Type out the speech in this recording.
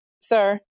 sir